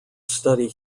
study